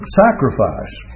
sacrifice